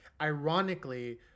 ironically